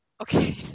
Okay